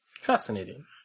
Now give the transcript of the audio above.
Fascinating